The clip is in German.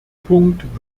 punkt